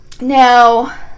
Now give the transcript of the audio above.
Now